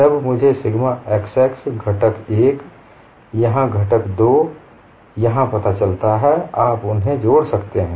जब मुझे sigma xx घटक 1 यहाँ घटक 2 यहाँ पता चलता है आप उन्हें जोड़ सकते हैं